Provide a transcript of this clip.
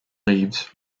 leaves